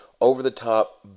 over-the-top